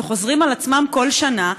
שחוזרים על עצמם כל שנה,